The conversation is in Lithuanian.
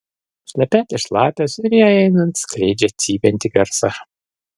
šlepetės šlapios ir jai einant skleidžia cypiantį garsą